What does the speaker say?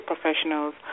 professionals